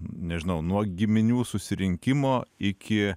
nežinau nuo giminių susirinkimo iki